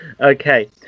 Okay